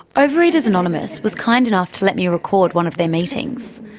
overeaters anonymous was kind enough to let me record one of their meetings.